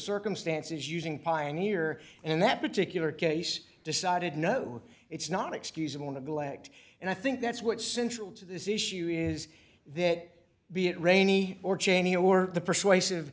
circumstances using pioneer and that particular case decided no it's not excusable neglect and i think that's what central to this issue is that be it rainy or cheney or the persuasive